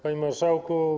Panie Marszałku!